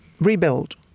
rebuild